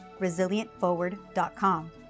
resilientforward.com